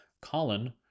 Colin